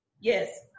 Yes